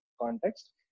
context